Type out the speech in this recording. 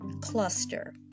cluster